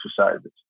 exercises